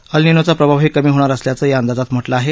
अल निनोचा प्रभावही कमी होणार असल्याचं या अंदाजात म्हटलं आहे